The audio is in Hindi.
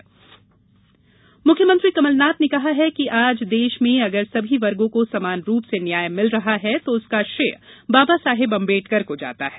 अजाक्स मुख्यमंत्री कमलनाथ ने कहा है कि आज देश में अगर सभी वर्गों को समान रूप से न्याय मिल रहा है तो उसका श्रेय बाबा साहेब अंबेडकर को जाता है